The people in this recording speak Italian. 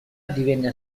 divenne